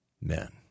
men